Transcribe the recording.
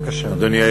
בבקשה, אדוני.